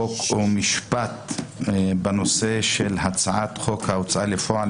חוק ומשפט בנושא של הצעת חוק ההוצאה לפועל